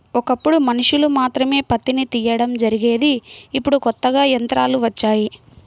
ఒకప్పుడు మనుషులు మాత్రమే పత్తిని తీయడం జరిగేది ఇప్పుడు కొత్తగా యంత్రాలు వచ్చాయి